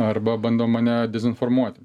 arba bando mane dezinformuoti